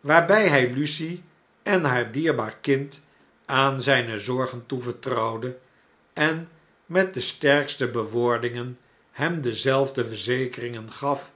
waarbij hh lucie en haar dierbaar kind aan zijne zorgen toevertrouwde en met desterkstebewoordingen hem dezelfde verzekeringen gaf